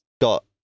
got